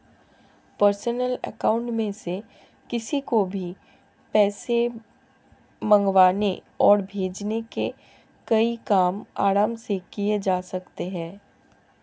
personal account में से किसी को भी पैसे मंगवाने और भेजने के कई काम आराम से किये जा सकते है